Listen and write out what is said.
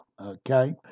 okay